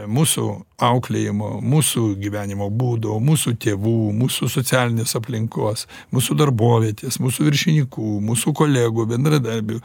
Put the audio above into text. mūsų auklėjimo mūsų gyvenimo būdo mūsų tėvų mūsų socialinės aplinkos mūsų darbovietės mūsų viršinikų mūsų kolegų bendradarbių